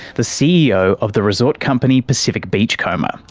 the ceo of the resort company pacific beachcomber,